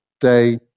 day